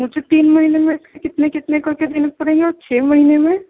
مجھے تین مہینے میں کتنے کتنے کر کے دینے پڑیں گے اور چھ مہینے میں